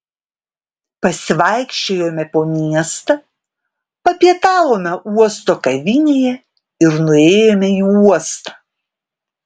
pasivaikščiojome po miestą papietavome uosto kavinėje ir nuėjome į uostą